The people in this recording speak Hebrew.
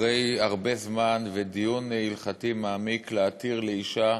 אחרי הרבה זמן ודיון הלכתי מעמיק, להתיר לאישה